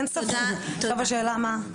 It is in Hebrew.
עכשיו השאלה מה.